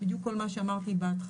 בדיוק כל מה שאמרתי בהתחלה,